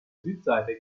südseite